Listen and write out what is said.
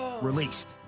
released